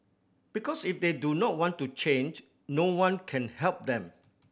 because if they do not want to change no one can help them